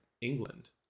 England